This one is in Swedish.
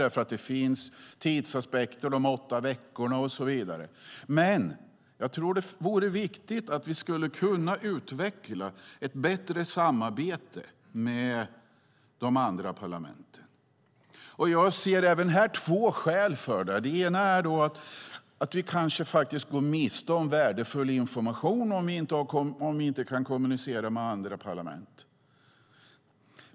Det finns en tidsaspekt, de åtta veckorna, och så vidare, men det vore viktigt att utveckla ett bättre samarbete med de andra parlamenten. Även här ser jag två skäl för det. Det ena är att vi kanske går miste om värdefull information om vi inte kan kommunicera med andra parlament.